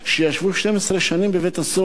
שישבו 12 שנים בבית-הסוהר